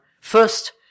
First